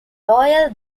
royal